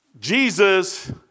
Jesus